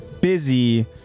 Busy